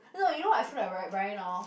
no no you know what I feel like weari~ buying now